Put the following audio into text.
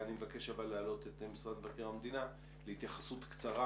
אני מבקש להעלות את משרד מבקר המדינה להתייחסות קצרה